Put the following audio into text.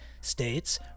states